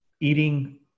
Eating